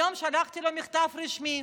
היום שלחתי לו מכתב רשמי,